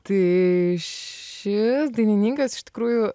tai šis dainininkas iš tikrųjų